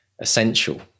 essential